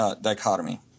dichotomy